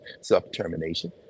self-determination